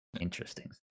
interesting